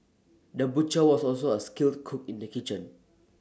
the butcher was also A skilled cook in the kitchen